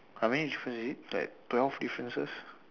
how many was it like twelve differences